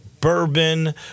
bourbon